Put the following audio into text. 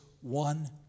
one